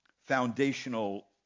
foundational